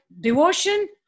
devotion